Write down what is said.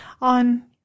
on